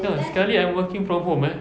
no sekali I working from home eh